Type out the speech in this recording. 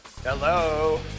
Hello